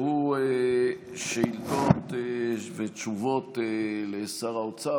שהוא שאילתות ותשובות לשר האוצר,